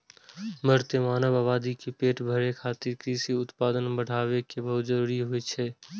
बढ़ैत मानव आबादी के पेट भरै खातिर कृषि उत्पादन बढ़ाएब बहुत जरूरी होइ छै